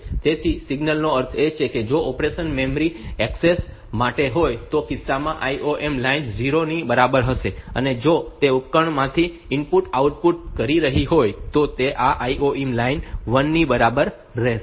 તેથી તે સિગ્નલનો અર્થ એ છે કે જો ઓપરેશન મેમરી એક્સેસ માટે હોય તો તે કિસ્સામાં આ IOM લાઇન 0 ની બરાબર હશે અને જો તે ઉપકરણમાંથી ઇનપુટ આઉટપુટ કરી રહી હોય તો તે આ IOM લાઇન 1 ની બરાબર કરશે